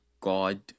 God